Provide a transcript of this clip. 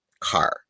car